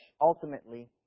ultimately